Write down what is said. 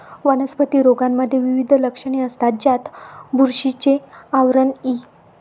वनस्पती रोगांमध्ये विविध लक्षणे असतात, ज्यात बुरशीचे आवरण इ